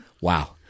Wow